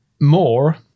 more